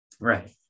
Right